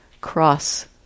cross